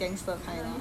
more decent